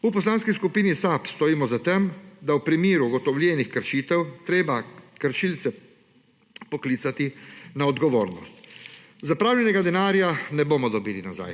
V Poslanski skupni SAB stojimo za tem, da je v primeru ugotovljenih kršitev treba kršilce poklicati na odgovornost. Zapravljenega denarja ne bomo dobili nazaj,